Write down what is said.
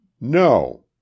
No